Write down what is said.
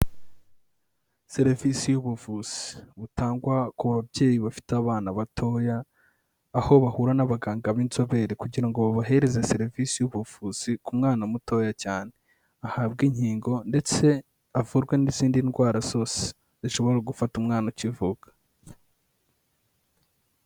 Serivisi y'ubuvuzi butangwa ku babyeyi bafite abana batoya, aho bahura n'abaganga b'inzobere kugira ngo bohereze serivisi y'ubuvuzi ku mwana mutoya cyane, ahabwe inkingo ndetse avurwe n'izindi ndwara zose zishobora gufata umwana ukivuka.